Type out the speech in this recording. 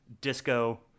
Disco